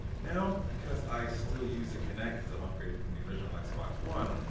now, because i still use a kinect cuz i'm upgrading from the original like xbox one,